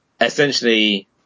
essentially